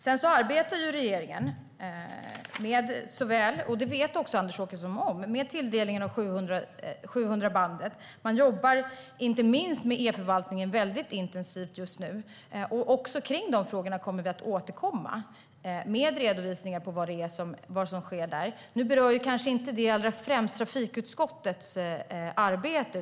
Regeringen arbetar med tilldelningen av 700-bandet, vilket också Anders Åkesson vet om, och jobbar inte minst väldigt intensivt med e-förvaltningen just nu. Vi kommer att återkomma med redovisningar av vad som sker i de frågorna, som dock inte i första hand berör trafikutskottets arbete.